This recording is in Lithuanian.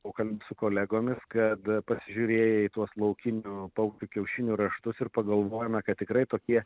pokalbį su kolegomis kad pasižiūrėję į tuos laukinių paukščių kiaušinių raštus ir pagalvojome kad tikrai tokie